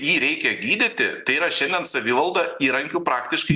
jį reikia gydyti tai yra šiandien savivalda įrankių praktiškai